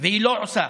והיא לא עושה.